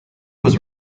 was